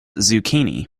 zucchini